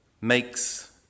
makes